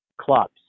clubs